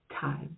time